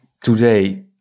today